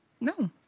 No